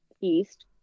east